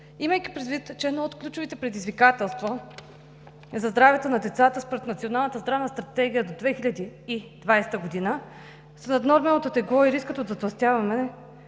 Имайки предвид, че едно от ключовите предизвикателства за здравето на децата според Националната здравна стратегия до 2020 г. е наднорменото тегло и риска от затлъстяване,